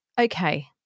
okay